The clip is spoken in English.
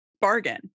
bargain